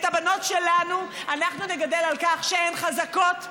את הבנות שלנו אנחנו נגדל על כך שהן חזקות,